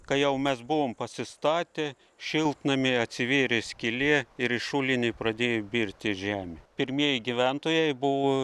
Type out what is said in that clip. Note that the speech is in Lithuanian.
kai jau mes buvom pasistatę šiltnamy atsivėrė skylė ir į šulinį pradėjo birti žemė pirmieji gyventojai buvo